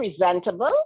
presentable